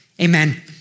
Amen